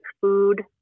food